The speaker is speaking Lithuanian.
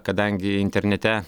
kadangi internete